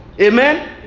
Amen